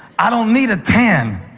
i don't need a tan.